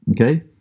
okay